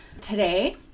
Today